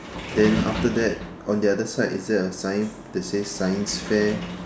then after that on the other side is there a sign that says science fair